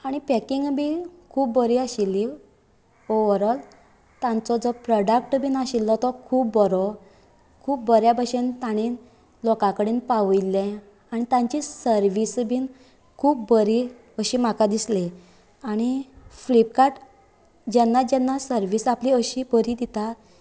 आनी पॅकींग बी खूब बरी आशिल्ली ऑवरऑल तांचो जो प्रॉडक्ट बीन आशिल्लो तो खूब बरो खूब बऱ्या बशेन ताणे लोकां कडेन पावयल्ले आनी तांची सर्वीस बी खूब बरी अशी म्हाका दिसली आणी फ्लिपकार्ट जेन्ना जन्ना सर्वीस आपली अशीं बरी दिता